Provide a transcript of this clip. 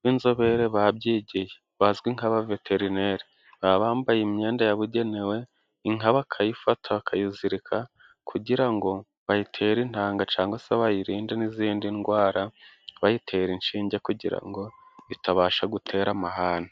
b'inzobere babyigiye, bazwi nk'abaveterineri. Baba bambaye imyenda yabugenewe, inka bakayifa bakayizirika kugira ngo bayitere intanga, cyangwa se bayirinde n'izindi ndwara bayitera inshinge, kugira ngo itabasha gutera amahane.